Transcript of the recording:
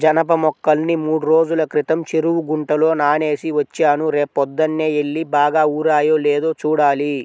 జనప మొక్కల్ని మూడ్రోజుల క్రితం చెరువు గుంటలో నానేసి వచ్చాను, రేపొద్దన్నే యెల్లి బాగా ఊరాయో లేదో చూడాలి